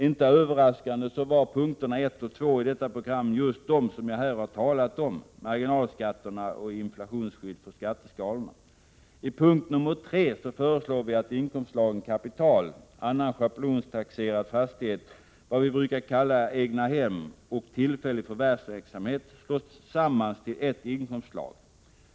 Inte överraskande var punkterna 1 och 2 i detta program just de som jag här har talat om — marginalskatterna och inflationsskydd för skatteskalorna. I punkt 3 föreslår vi att inkomstslagen kapital, annan schablontaxerad fastighet — vad vi brukar kalla egnahem -— och tillfällig förvärvsverksamhet slås samman till ett inkomstslag.